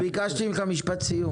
יורם, ביקשתי ממך משפט סיום.